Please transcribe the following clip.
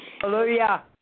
Hallelujah